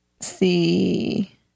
see